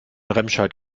remscheid